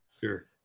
Sure